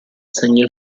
segna